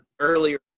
Earlier